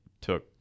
took